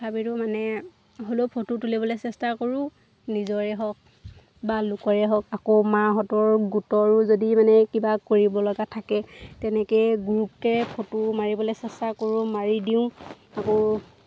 তথাপিতো মানে হ'লেও ফটো তুলিবলৈ চেষ্টা কৰোঁ নিজৰে হওক বা লোকৰে হওক আকৌ মাহঁতৰ গোটৰো যদি মানে কিবা কৰিব লগা থাকে তেনেকেই গ্ৰুপকৈ ফটো মাৰিবলৈ চেষ্টা কৰোঁ মাৰি দিওঁ আকৌ